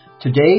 Today